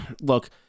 Look